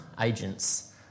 agents